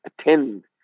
attend